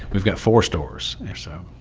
we've got four stores, yeah, so.